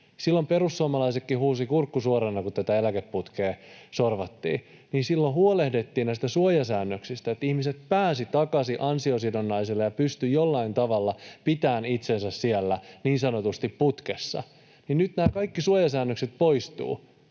Silloin perussuomalaisetkin huusivat kurkku suorana, kun tätä eläkeputkea sorvattiin, ja silloin huolehdittiin näistä suojasäännöksistä, niin että ihmiset pääsivät takaisin ansiosidonnaiselle ja pystyivät jollain tavalla pitämään itsensä niin sanotusti putkessa. Nyt kun nämä kaikki suojasäännökset poistuvat,